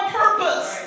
purpose